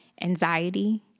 anxiety